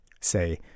say